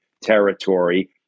territory